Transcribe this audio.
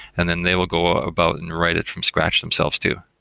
and then they will go about and write it from scratch themselves too.